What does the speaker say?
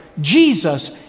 Jesus